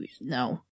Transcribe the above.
no